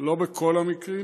לא בכל המקרים.